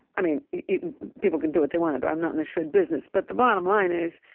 i mean, people can do what they want to do. i'm not in the should business. but the bottom line is,